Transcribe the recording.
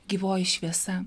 gyvoji šviesa